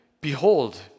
Behold